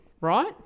right